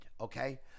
okay